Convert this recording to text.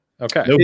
Okay